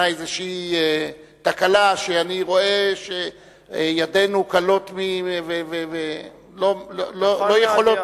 איזו תקלה ואני רואה שידינו כלות ולא יכולות,